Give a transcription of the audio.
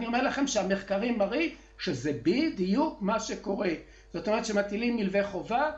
אני אומר לכם שהמחקרים מראים שזה בדיוק מה שקורה: כשמטילים מלווה חובה,